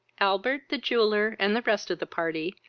albert, the jeweller, and the rest of the party,